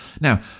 Now